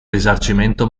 risarcimento